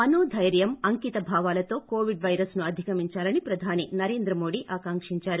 మనోదైర్యం అంకితభావాలతో Covid virus ను అధిగమించాలని ప్రధాని నరేంద్ర మోదీ ఆకాక్షించారు